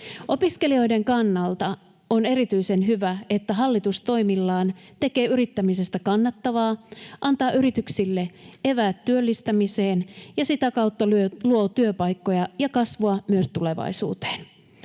Opiskelijoiden kannalta on erityisen hyvä, että hallitus toimillaan tekee yrittämisestä kannattavaa, antaa yrityksille eväät työllistämiseen ja sitä kautta luo työpaikkoja ja kasvua myös tulevaisuuteen.